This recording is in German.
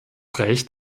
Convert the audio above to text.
recht